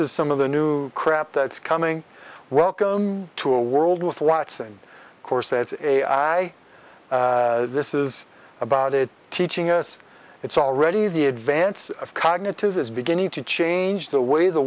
is some of the new crap that's coming welcome to a world with watson course that's a i this is about it teaching us it's already the advance of cognitive is beginning to change the way the